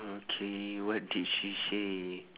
okay what did she say